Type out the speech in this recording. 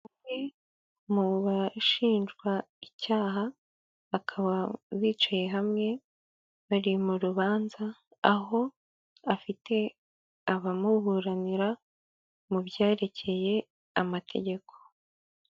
Umwe mu bashinjwa icyaha bakaba bicaye hamwe bari mu rubanza, aho afite abamuburanira mu byerekeye amategeko.